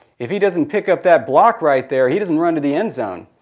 if he doesn't pick up that block right there, he doesn't run to the end zone.